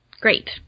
Great